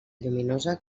lluminosa